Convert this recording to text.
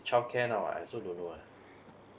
childcare now ah I also don't know ah